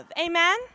Amen